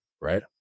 right